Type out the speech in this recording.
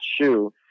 shoe